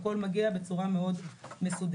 הכול מגיע בצורה מאוד מסודרת.